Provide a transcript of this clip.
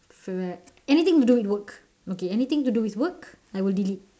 anything to do with work okay anything to do with work I will delete